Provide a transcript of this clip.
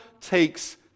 takes